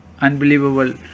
unbelievable